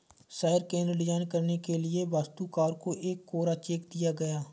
शहर केंद्र डिजाइन करने के लिए वास्तुकार को एक कोरा चेक दिया गया